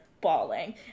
bawling